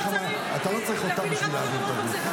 אתה לא צריך יותר בשביל להעביר את הזמן.